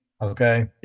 okay